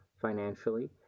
financially